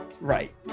Right